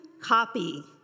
copy